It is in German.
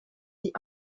die